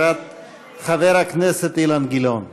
חבר הכנסת אילן גילאון.